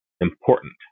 important